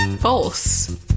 False